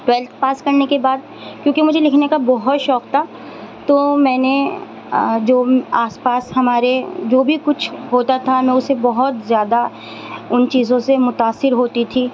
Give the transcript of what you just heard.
twelfth پاس کرنے کے بعد کیوں کہ مجھے لکھنے کا بہت شوق تھا تو میں نے جو آس پاس ہمارے جو بھی کچھ ہوتا تھا میں اسے بہت زیادہ ان چیزوں سے متأثر ہوتی تھی